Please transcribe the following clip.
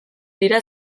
dira